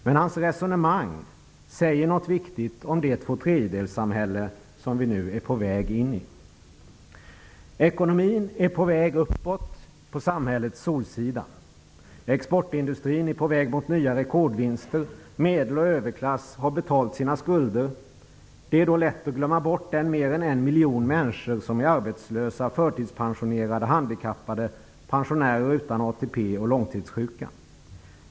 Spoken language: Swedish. Men hans resonemang säger något viktigt om det tvåtredjedelssamhälle som vi nu är på väg in i. Ekonomin är på väg uppåt på samhällets solsida. Exportindustrin är på väg mot nya rekordvinster, medel och överklass har betalt sina skulder. Det är då lätt att glömma de mer än en miljon människor som är arbetslösa, förtidspensionerade och handikappade, de pensionärer som är utan ATP och de långtidssjuka.